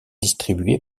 distribué